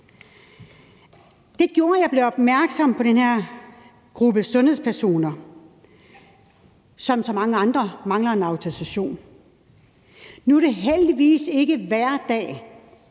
Det gjorde, at jeg blev opmærksom på den her gruppe sundhedspersoner, der som så mange andre mangler en autorisation. Nu er det heldigvis ikke hver dag,